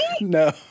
no